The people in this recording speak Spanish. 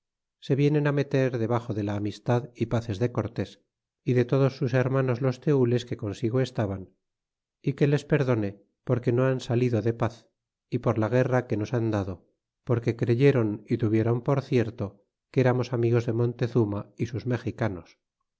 se vienen meter debaxo de la amistad y pazes de cortés y de todos sus hermanos los tenles que consigo estaban y que les perdone porque no han salido de paz y por ja guerra que nos han dado porque creyéron y tuviéron por cierto que eramos amigos de mona tezuma y sus mexicanos